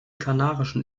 kanarischen